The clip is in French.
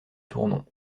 tournon